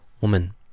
woman